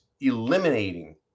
eliminating